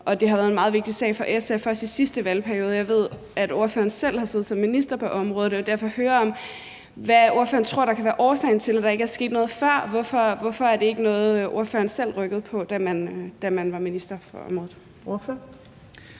det har været en meget vigtig sag for SF, også i sidste valgperiode. Jeg ved, at ordføreren selv har siddet som minister på området, og jeg vil derfor høre, hvad ordføreren tror kan være årsagen til, at der ikke er sket noget før. Hvorfor er det ikke noget, ordføreren selv rykkede på, da man var minister på området?